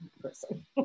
person